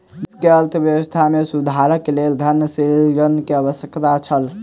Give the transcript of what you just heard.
देश के अर्थव्यवस्था में सुधारक लेल धन सृजन के आवश्यकता छल